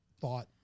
thought